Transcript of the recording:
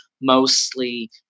mostly